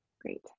Great